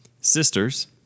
sisters